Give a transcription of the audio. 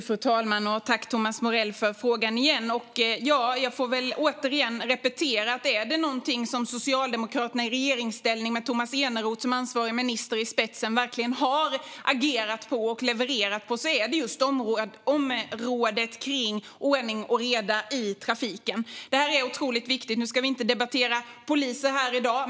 Fru talman! Jag tackar Thomas Morell för frågan. Jag repeterar: Om det är någonstans som Socialdemokraterna i regeringsställning med Tomas Eneroth i spetsen som ansvarig minister verkligen har agerat och levererat är det på just området ordning och reda i trafiken. Vi ska inte debattera polisen i dag.